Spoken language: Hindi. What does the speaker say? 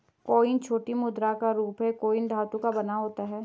कॉइन छोटी मुद्रा का रूप है कॉइन धातु का बना होता है